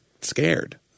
scared